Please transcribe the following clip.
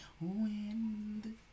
wind